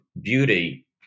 beauty